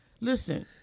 Listen